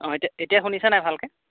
অঁ এতিয়া এতিয়া শুনিছা নাই ভালকৈ